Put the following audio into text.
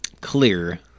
clear